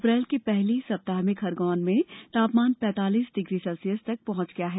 अप्रैल के पहले सप्ताह में खरगौन में तापमान पैतालीस डिग्री सेल्सियस तक पहंच गया है